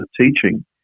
teaching